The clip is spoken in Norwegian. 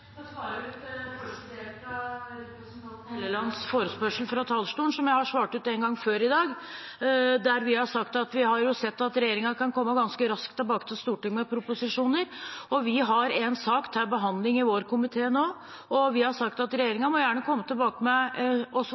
Hellelands forespørsel fra talerstolen, som jeg har svart ut en gang før i dag. Vi har jo sett at regjeringen kan komme ganske raskt tilbake til Stortinget med proposisjoner. Vi har en sak til behandling i vår komité nå, og vi har sagt at regjeringen gjerne må komme tilbake og svare ut de anmodningsvedtakene i en tilleggsproposisjon som vi kan behandle samtidig med